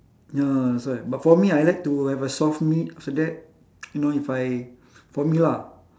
ya that's why but for me I like to have a soft meat after that you know if I for me lah